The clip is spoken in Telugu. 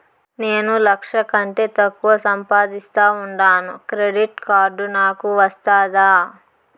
నేను లక్ష కంటే తక్కువ సంపాదిస్తా ఉండాను క్రెడిట్ కార్డు నాకు వస్తాదా